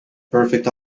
perfect